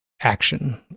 Action